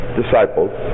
disciples